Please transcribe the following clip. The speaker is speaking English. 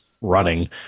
running